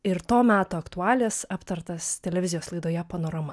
ir to meto aktualijas aptartas televizijos laidoje panorama